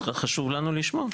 חשוב לנו לשמוע.